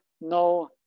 no